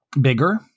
bigger